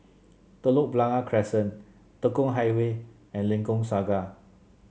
Telok Blangah Crescent Tekong Highway and Lengkok Saga